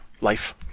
life